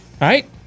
right